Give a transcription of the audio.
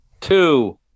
two